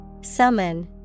summon